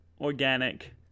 organic